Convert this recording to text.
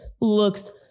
looks